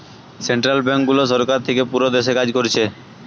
central ব্যাংকগুলো সরকার থিকে পুরো দেশে কাজ কোরছে